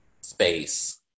space